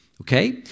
Okay